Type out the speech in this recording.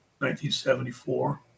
1974